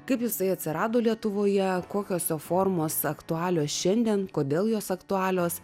kaip jisai atsirado lietuvoje kokios jo formos aktualios šiandien kodėl jos aktualios